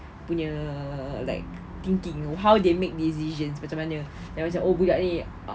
punya like thinking how they make decisions macam mana then macam oh budak ni